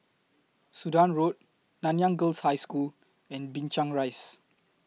Sudan Road Nanyang Girls' High School and Binchang Rise